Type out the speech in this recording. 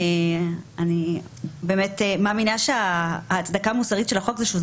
אני באמת מאמינה שההצדקה המוסרית של החוק זה שזה